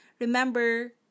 Remember